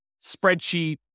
spreadsheet